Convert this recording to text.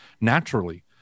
naturally